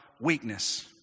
weakness